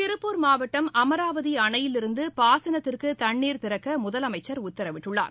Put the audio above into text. திருப்பூர் மாவட்டம் அமராவதி அணையிலிருந்து பாசனத்திற்கு தண்ணீர் திறக்க முதலமைச்சர் உத்தரவிட்டுள்ளார்